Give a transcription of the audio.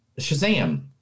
Shazam